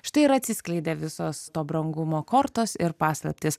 štai ir atsiskleidė visos to brangumo kortos ir paslaptys